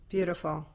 Beautiful